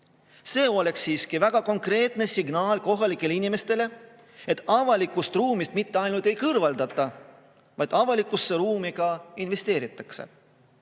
See oleks siiski väga konkreetne signaal kohalikele inimestele, et avalikust ruumist mitte ainult ei kõrvaldata, vaid avalikku ruumi ka investeeritakse.